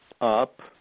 up